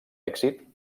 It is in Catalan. èxit